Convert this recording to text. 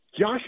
Josh